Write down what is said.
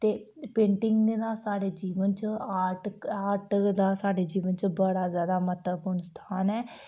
ते पेंटिगें दा साढ़े जीवन बिच्च आर्ट दा साढ़े जीवन च बड़ा ज्यादा म्हत्वपूर्ण स्थान ऐ